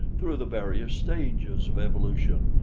through the various stages of evolution,